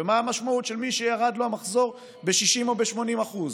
ומה המשמעות של מי שירד לו המחזור ב-60% או ב-80%?